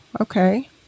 okay